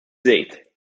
żejt